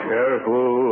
Careful